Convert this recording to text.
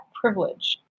privilege